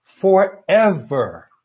forever